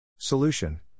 Solution